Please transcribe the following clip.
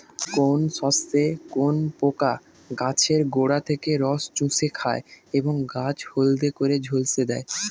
কোন শস্যে কোন পোকা গাছের গোড়া থেকে রস চুষে খায় এবং গাছ হলদে করে ঝলসে দেয়?